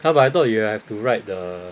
ha but I thought you have to write the